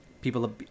People